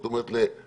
זאת אומרת לבקרה,